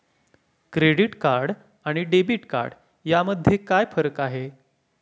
Credit card आणि debit card यामध्ये काय फरक आहे?